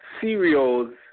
cereals